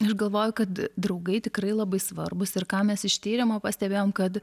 aš galvoju kad draugai tikrai labai svarbūs ir ką mes iš tyrimo pastebėjom kad